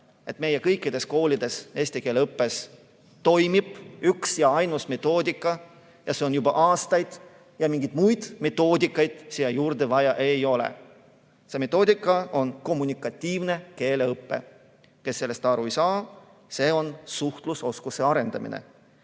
et meie kõikides koolides eesti keele õppes toimib üks ja ainus metoodika. See on olnud juba aastaid ja mingeid muid metoodikaid siia juurde vaja ei ole. See metoodika on kommunikatiivne keeleõpe. Kes sellest aru ei saa: see on suhtlusoskuse arendamine.